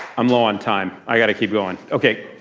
i'm low on time. i gotta keep going. okay.